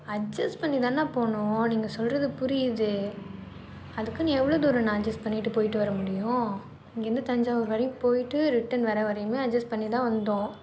adjust பண்ணி தான் அண்ணா போனோம் நீங்கள் சொல்கிறது புரியுது அதுக்குன்னு எவ்வளோ தூரம்ண்ணா அஜ்ஜஸ்ட் பண்ணிகிட்டு போயிட்டு வர முடியும் இங்கேருந்து தஞ்சாவூர் வரையும் போயிட்டு ரிட்டன் வர வரையும் அஜ்ஜஸ்ட் பண்ணி தான் வந்தோம்